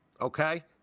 okay